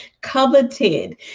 Coveted